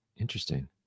Interesting